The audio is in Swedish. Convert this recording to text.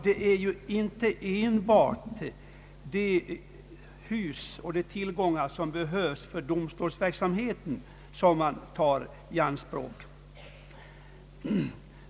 Det är ju inte enbart hus och de tillgångar för domstolsverksamheten som staten tar i anspråk.